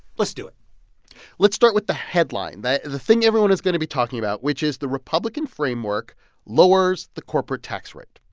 let's do it let's start with the headline, the the thing everyone is going to be talking about, which is the republican framework lowers the corporate tax rate.